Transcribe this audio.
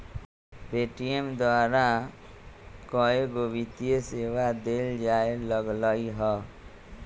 Paytm द्वारा कएगो वित्तीय सेवा देल जाय लगलई ह